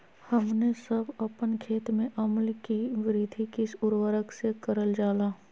हमने सब अपन खेत में अम्ल कि वृद्धि किस उर्वरक से करलजाला?